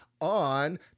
on